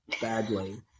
badly